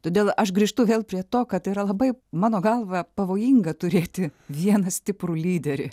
todėl aš grįžtu vėl prie to kad yra labai mano galva pavojinga turėti vieną stiprų lyderį